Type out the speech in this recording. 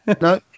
No